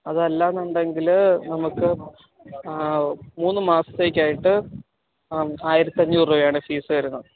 അതല്ലാന്നുണ്ടെങ്കിൽ നമുക്ക് മൂന്ന് മാസത്തേക്കായിട്ട് ആയിരത്തഞ്ഞൂറ് രൂപയാണ് ഫീസ് വരുന്നത്